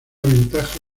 ventaja